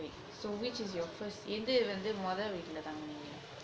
so which is your first எது வந்து மொத வீட்ல தங்குனீங்க:ethu vanthu modha veetla thanguneenga